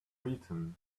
written